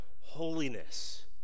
holiness